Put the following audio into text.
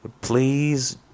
please